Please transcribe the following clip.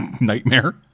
nightmare